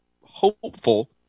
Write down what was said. hopeful